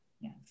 Yes